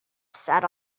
sat